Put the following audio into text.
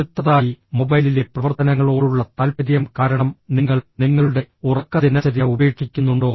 അടുത്തതായി മൊബൈലിലെ പ്രവർത്തനങ്ങളോടുള്ള താൽപര്യം കാരണം നിങ്ങൾ നിങ്ങളുടെ ഉറക്ക ദിനചര്യ ഉപേക്ഷിക്കുന്നുണ്ടോ